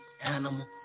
Animal